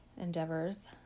endeavors